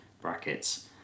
brackets